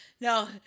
No